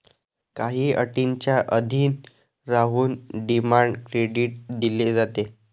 काही अटींच्या अधीन राहून डिमांड क्रेडिट दिले जाते